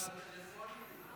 מה זה, חבר טלפוני?